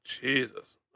Jesus